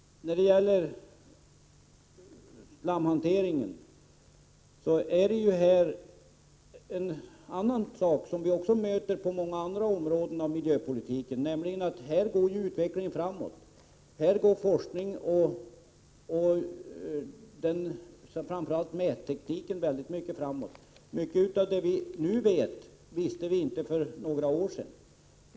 När det gäller slamhanteringen bör vi tänka på en sak som vi också möter på många andra områden av miljöpolitiken, nämligen att utvecklingen går framåt. Forskningen och framför allt mättekniken går snabbt framåt. Mycket av det som vi nu vet visste vi inte för några år sedan.